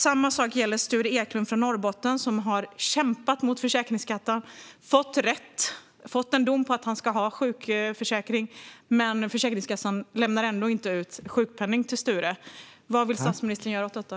Samma sak gäller Sture Eklund från Norrbotten, som har kämpat mot Försäkringskassan och fått rätt. Han har fått en dom på att han ska ha sjukpenning, men Försäkringskassan betalar ändå inte ut sjukpenning till Sture. Vad vill statsministern göra åt detta?